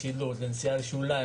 לנסיעה בשוליים,